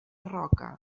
roca